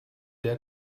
der